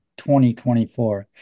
2024